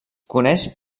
coneix